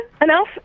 enough